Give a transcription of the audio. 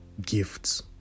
gifts